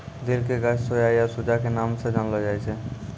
दिल के गाछ सोया या सूजा के नाम स जानलो जाय छै